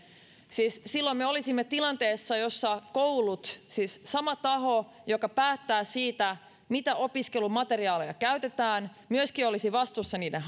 siis silloin me olisimme tilanteessa jossa koulut siis sama taho joka päättää siitä mitä opiskelumateriaaleja käytetään myöskin olisivat vastuussa niiden